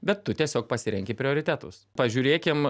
bet tu tiesiog pasirenki prioritetus pažiūrėkim